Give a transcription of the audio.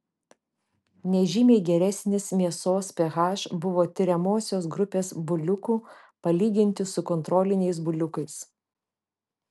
nežymiai geresnis mėsos ph buvo tiriamosios grupės buliukų palyginti su kontroliniais buliukais